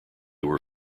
were